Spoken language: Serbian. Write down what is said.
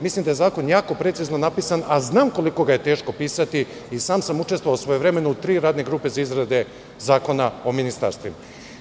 Mislim da je zakon jako precizno napisan, a znam koliko ga je teško napisati i sam sam učestvovao svojevremeno u tri radne grupe za izrade Zakona o ministarstvima.